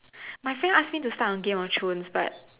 my friend ask me to start on game of Thrones but